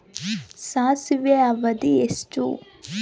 ಸಾಸಿವೆಯ ಅವಧಿ ಎಷ್ಟು?